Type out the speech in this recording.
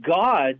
God